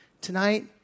Tonight